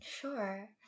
Sure